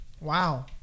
wow